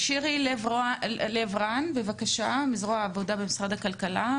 שירי לב-רן מזרוע העבודה במשרד הכלכלה,